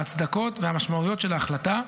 ההצדקות והמשמעויות של ההחלטה,